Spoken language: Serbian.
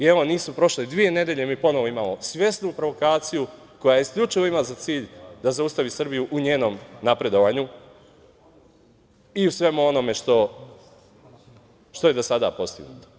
Evo, nisu prošle dve nedelje, mi ponovo imamo svesnu provokaciju koja isključivo ima za cilj da zaustavi Srbiju u njenom napredovanju i u svemu onome što je do sada postignuto.